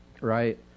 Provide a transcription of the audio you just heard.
right